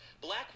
Black